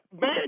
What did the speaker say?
man